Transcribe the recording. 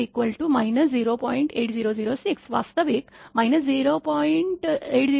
8006 वास्तविक 0